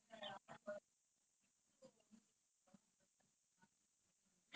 why you asking all these you are my senior lah you must tell me